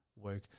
work